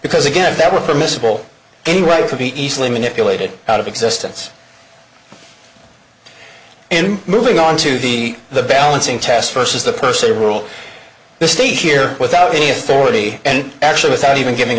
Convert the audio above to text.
because again that were permissible in writing to be easily manipulated out of existence in moving on to the the balancing test versus the per se rule the state here without any authority and actually without even giving